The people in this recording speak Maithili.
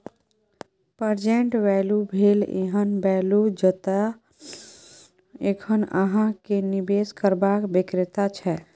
प्रेजेंट वैल्यू भेल एहन बैल्यु जतय एखन अहाँ केँ निबेश करबाक बेगरता छै